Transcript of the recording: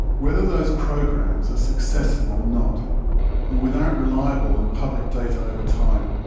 whether those programs are successful or not and without reliable and public data over time,